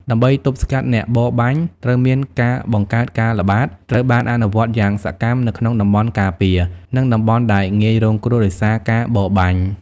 ដើម្បីទប់ស្កាត់អ្នកបរបាញ់ ត្រូវមានការបង្កើនការល្បាត ត្រូវបានអនុវត្តយ៉ាងសកម្មនៅក្នុងតំបន់ការពារ និងតំបន់ដែលងាយរងគ្រោះដោយសារការបរបាញ់។